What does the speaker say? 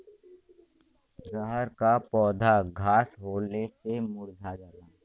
रहर क पौधा घास होले से मूरझा जाला